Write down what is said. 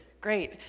Great